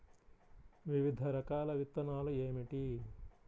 వివిధ రకాల విత్తనాలు ఏమిటి?